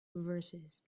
verses